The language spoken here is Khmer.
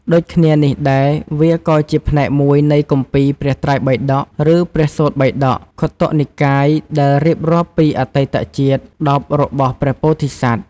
ដូចគ្នានេះដែរ វាក៏ជាផ្នែកមួយនៃគម្ពីរព្រះត្រៃបិដក ឬ ព្រះសូត្របិដក ខុទ្ទកនិកាយ ដែលរៀបរាប់ពីអតីតជាតិ ១០ របស់ព្រះពោធិសត្វ។